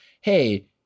hey